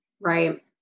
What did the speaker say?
right